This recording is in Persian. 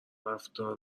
رفتار